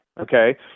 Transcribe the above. okay